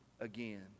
again